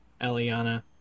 Eliana